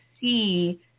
see